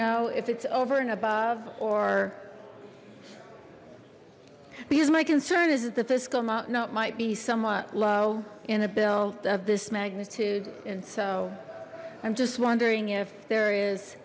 know if it's over and above or because my concern is that the fiscal amount note might be somewhat low in a bill of this magnitude and so i'm just wondering if there is